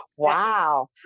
wow